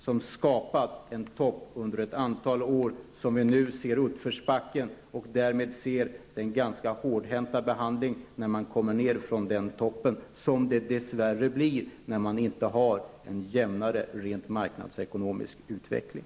Den skapade under ett antal år en topp, som vi nu ser utförsbacken på, och när man kommer ner från den toppen utsätts man för en ganska hårdhänt behandling. Det blir dess värre så när man inte har en jämnare, rent marknadsekonomisk utveckling.